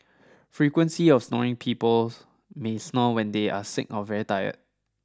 frequency of snoring people may snore when they are sick or very tired